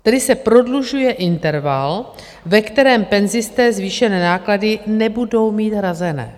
Tedy se prodlužuje interval, ve kterém penzisté zvýšené náklady nebudou mít hrazené.